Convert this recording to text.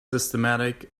systematic